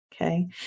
Okay